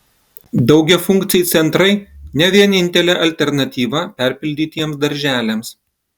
daugiafunkciai centrai ne vienintelė alternatyva perpildytiems darželiams